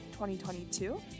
2022